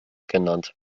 genannt